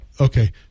okay